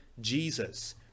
Jesus